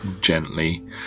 gently